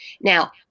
Now